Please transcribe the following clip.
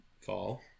fall